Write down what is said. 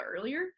earlier